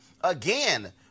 again